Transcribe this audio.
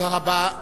תודה רבה.